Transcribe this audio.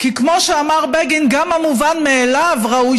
כי כמו שאמר בגין: גם המובן מאליו ראוי